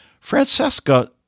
Francesca